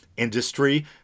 Industry